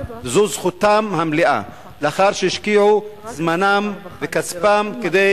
זו זכותם המלאה לאחר שהשקיעו זמנם וכספם כדי